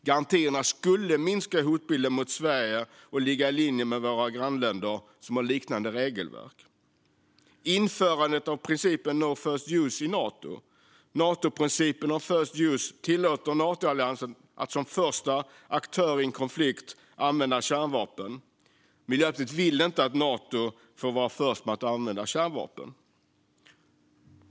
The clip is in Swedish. Garantierna skulle minska hotbilden mot Sverige och ligga i linje med läget för våra grannländer som har liknande regelverk. Natoprincipen om first use tillåter Natoalliansen att som första aktör i en konflikt använda kärnvapen. Miljöpartiet vill inte att Nato får vara först med att använda kärnvapen.